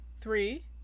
three